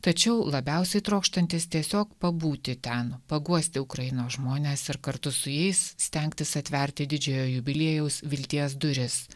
tačiau labiausiai trokštantis tiesiog pabūti ten paguosti ukrainos žmones ir kartu su jais stengtis atverti didžiojo jubiliejaus vilties duris